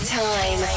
time